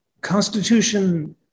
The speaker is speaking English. Constitution